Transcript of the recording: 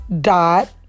dot